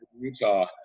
Utah